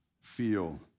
feel